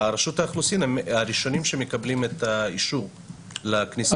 רשות האוכלוסין הם הראשונים שמקבלים את האישור לכניסה.